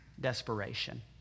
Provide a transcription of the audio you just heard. Desperation